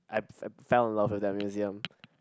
I I fell in love with that museum